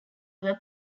were